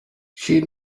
she